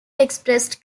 expressed